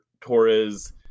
Torres